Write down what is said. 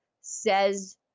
says